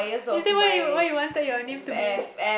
is that why you why you wanted your name to be